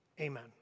Amen